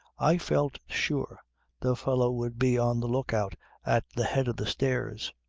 i felt sure the fellow would be on the look-out at the head of the stairs.